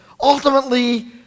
ultimately